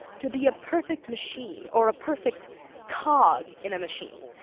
to be a perfect machine, or a perfect cog in a machine,